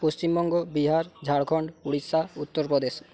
Paschimbanga Bihar Jharkhand Orissa Uttar Pradesh